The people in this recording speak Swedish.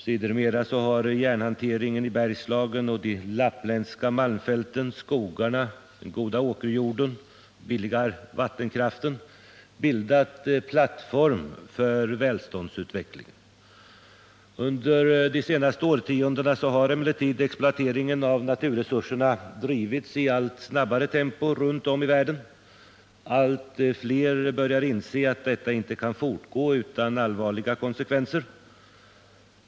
Sedermera har järnhanteringen i Bergslagen och de lappländska malmfälten, skogarna, den goda åkerjorden och den billiga vattenkraften bildat en plattform för välståndsutvecklingen. Under de senaste årtiondena har emellertid exploateringen av naturresurserna drivits i allt snabbare tempo runt om i världen. Allt fler börjar inse att detta inte kan fortgå utan allvarliga konsekvenser.